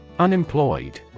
Unemployed